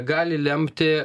gali lemti